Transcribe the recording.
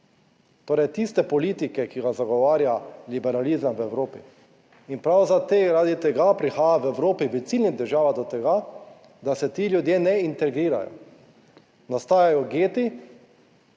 torej tiste politike, ki ga zagovarja liberalizem v Evropi. In prav, zaradi tega prihaja v Evropi, v ciljnih državah do tega, da se ti ljudje ne integrirajo. Nastajajo geti,